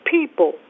people